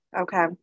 Okay